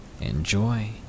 Enjoy